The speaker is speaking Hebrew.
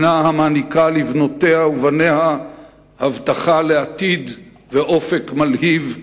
מדינה המעניקה לבנותיה ולבניה הבטחה לעתיד ואופק מלהיב,